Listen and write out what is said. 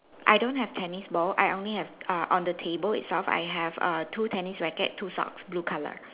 I don't have tennis ball I only have err on the table itself I have err two tennis racket two socks blue color